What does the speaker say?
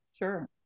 sure